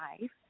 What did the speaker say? life